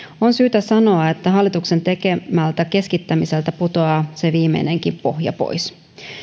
on syytä sanoa että hallituksen tekemältä keskittämiseltä putoaa se viimeinenkin pohja pois